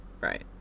Right